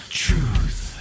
truth